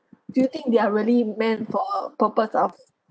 do you think they are really meant for a purpose of